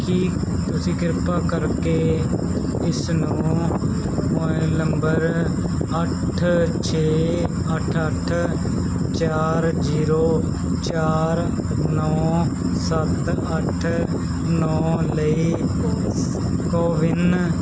ਕੀ ਤੁਸੀਂ ਕਿਰਪਾ ਕਰਕੇ ਇਸ ਨੂੰ ਮੋਬਾਇਲ ਨੰਬਰ ਅੱਠ ਛੇ ਅੱਠ ਅੱਠ ਚਾਰ ਜੀਰੋ ਚਾਰ ਨੌਂ ਸੱਤ ਅੱਠ ਨੌਂ ਲਈ ਕੋਵਿਨ